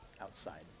outside